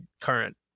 current